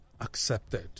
accepted